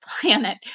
planet